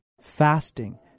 fasting